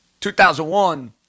2001